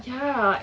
ya